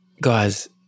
Guys